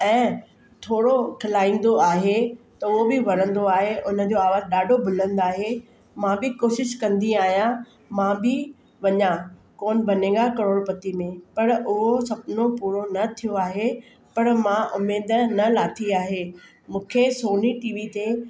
ऐं थोरो खिलाईंदो आहे त उहो बि वणंदो आहे उन जो आवाज़ु ॾाढो बुलंद आहे मां बि कोशिशि कंदी आहियां मां बि वञा कौन बनेगा करोड़पति में पर उहो सुपिनो पूरो न थियो आहे पर मां उमीदि न लाथी आहे मूंखे सोनी टीवी ते